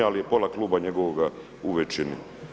Ali je pola kluba njegovoga u većini.